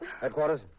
Headquarters